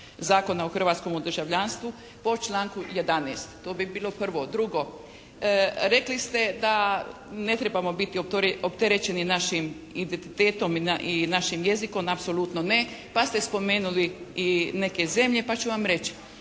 Zakona o hrvatskom državljanstvo po članku 11. To bi bilo prvo. Drugo, rekli ste da ne trebamo biti opterećeni našim identitetom i našim jezikom, apsolutno ne. Pa ste spomenuli i neke zemlje. Pa ću vam reći